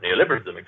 neoliberalism